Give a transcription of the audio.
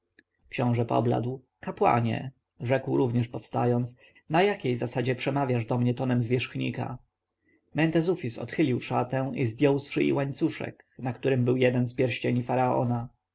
książę pobladł kapłanie rzekł również powstając na jakiej zasadzie przemawiasz do mnie tonem zwierzchnika mentezufis odchylił szatę i zdjął z szyi łańcuszek na którym był jeden z pierścieni faraona